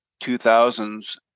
2000s